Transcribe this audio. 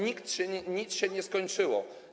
nic się nie skończyło.